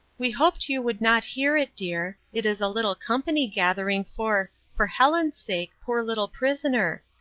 we hoped you would not hear it, dear. it is a little company gathering, for for helen's sake, poor little prisoner.